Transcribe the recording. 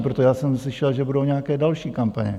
Protože já jsem slyšel, že budou nějaké další kampaně.